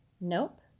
Nope